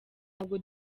ntabwo